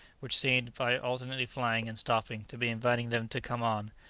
which seemed, by alternately flying and stopping, to be inviting them to come on,